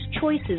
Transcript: choices